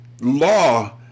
law